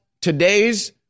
today's